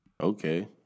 Okay